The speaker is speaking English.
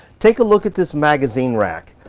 take a look at this magazine rack.